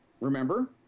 Remember